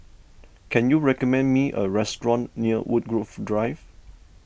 can you recommend me a restaurant near Woodgrove Drive